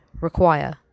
require